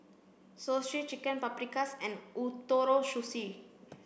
Zosui Chicken Paprikas and Ootoro Sushi